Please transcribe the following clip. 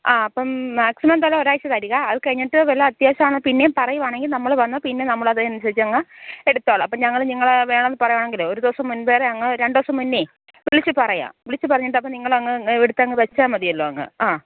ആ അപ്പം മാക്സിമം എന്തായാലും ഒരാഴ്ച തരിക അതു കഴിഞ്ഞിട്ട് വല്ല അത്യാവശ്യമാണ് പിന്നേം പറയുവാണെങ്കിൽ നമ്മൾ വന്ന് പിന്നെ നമ്മളതിനനുസരിച്ചങ്ങ് എടുത്തോളാം അപ്പം ഞങ്ങൾ ഇങ്ങനെ വേണമെന്ന് പറയുവാണെങ്കിലെ ഒരു ദിവസം മുൻപേ വരെ രണ്ടു ദിവസം മുന്നേ വിളിച്ച് പറയാം വിളിച്ച് പറഞ്ഞിട്ടപ്പം നിങ്ങളങ്ങ് എടുത്തങ്ങ് വച്ചാൽ മതിയല്ലോ അങ്ങ് ആ